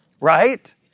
right